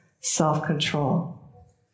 self-control